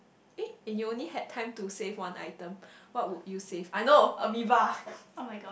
eh you only had time to save one item what would you save I know Ameva